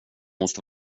måste